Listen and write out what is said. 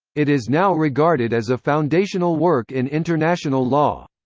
it is now regarded as a foundational work in international law.